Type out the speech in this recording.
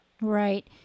Right